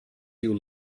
you